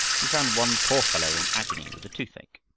he found one poor fellow in agony with the toothache.